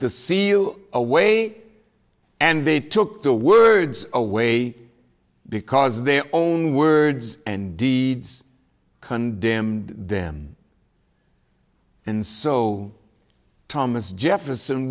seal away and they took the words away because their own words and deeds condemned them and so thomas jefferson